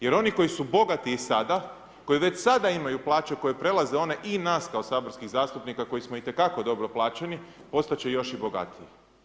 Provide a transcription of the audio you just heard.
Jer oni koji su bogati i sada, koji već sada imaju plaće koje prelaze one i nas kao saborskih zastupnika koji smo itekako dobro plaćeni, postat će još i bogatiji.